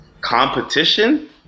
competition